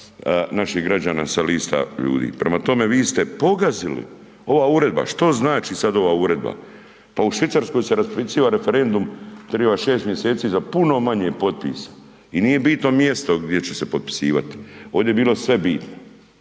naših građana sa lista ljudi. Prema tome, vi ste pogazili, ova uredba, što znači sad ova uredba? Pa u Švicarskoj se raspisiva referendum, treba 6 mj. za puno manje potpisa i nije bitno mjesto gdje će potpisivat, ovdje je bilo sve bitno.